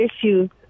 issues